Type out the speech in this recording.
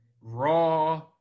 raw